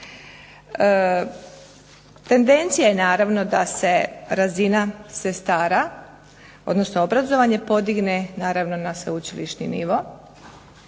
Tendencija je naravno da se razina sestara, odnosno obrazovanje podigne naravno na sveučilišni nivo.